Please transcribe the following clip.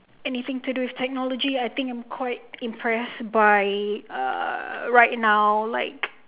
anything to do with technology I think I'm quite impressed by uh right now like